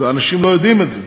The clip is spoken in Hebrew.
ואנשים לא יודעים את זה,